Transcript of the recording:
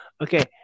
Okay